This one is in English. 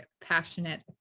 passionate